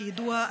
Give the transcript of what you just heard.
כידוע,